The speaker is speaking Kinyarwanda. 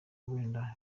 wenda